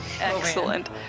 Excellent